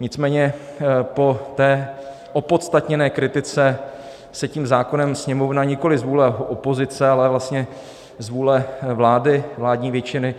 Nicméně po té opodstatněné kritice se tím zákonem Sněmovna nikoliv z vůli opozice, ale vlastně z vůle vlády, vládní většiny,